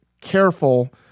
careful